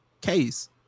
case